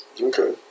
Okay